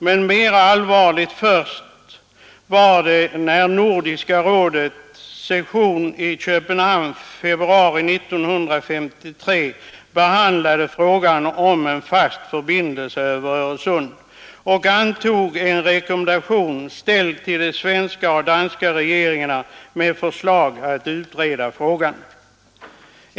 Men mera allvarligt var det först vid Nordiska rådets session i Köpenhamn i februari 1953, där rådet behandlade frågan om en fast förbindelse över Öresund och antog en rekommendation, ställd till de svenska och danska regeringarna, med förslag att utreda frågan.